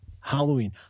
Halloween